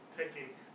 taking